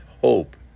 hope